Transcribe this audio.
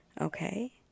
Okay